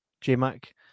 J-Mac